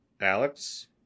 Alex